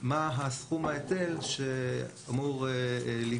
מה הסכום הסופי של ההיטל שאמור להיגבות.